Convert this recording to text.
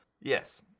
Yes